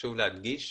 חשוב להדגיש,